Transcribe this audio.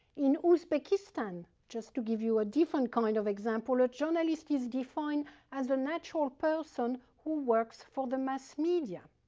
in uzbekistan, just to give you a different kind of example, a journalist is defined as a natural person who works for the mass media.